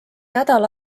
nädal